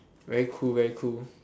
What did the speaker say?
very cool very cool